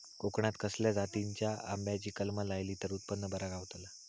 कोकणात खसल्या जातीच्या आंब्याची कलमा लायली तर उत्पन बरा गावताला?